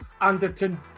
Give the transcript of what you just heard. Anderton